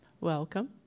Welcome